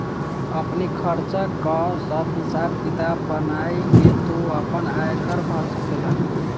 आपनी खर्चा कअ सब हिसाब किताब बनाई के तू आपन आयकर भर सकेला